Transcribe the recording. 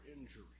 injury